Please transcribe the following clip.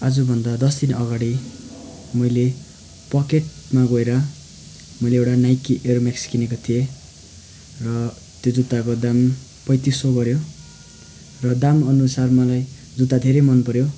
आजभन्दा दस दिन अगाडि मैले पकेटमा गएर मैले एउटा नाइकी एयर मेक्स किनेको थिएँ र त्यो जुत्ताको दाम पैँतिस सौ पर्यो र दामअनुसार मलाई जुत्ता धेरै मनपर्यो